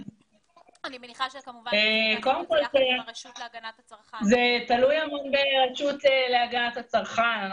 זה תלוי הרבה ברשות להגנת הצרכן.